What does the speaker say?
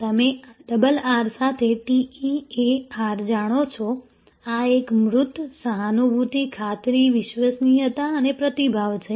તમે double R સાથે TEAR જાણો છો આ એક મૂર્ત સહાનુભૂતિ ખાતરી વિશ્વસનીયતા અને પ્રતિભાવ છે